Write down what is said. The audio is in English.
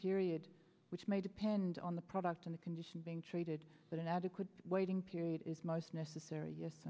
period which may depend on the product of the condition being treated but an adequate waiting period is most necessary yes